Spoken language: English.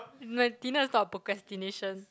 the dinner is not a procrastination